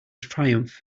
triumph